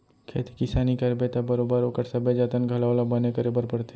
खेती किसानी करबे त बरोबर ओकर सबे जतन घलौ ल बने करे बर परथे